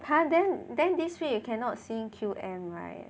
!huh! then then this week you cannot seeing Q_M right